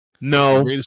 No